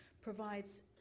provides